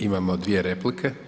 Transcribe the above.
Imamo dvije replike.